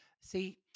see